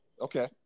Okay